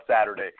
Saturday